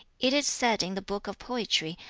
it is said in the book of poetry,